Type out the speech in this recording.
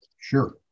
Sure